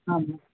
ஆமாம்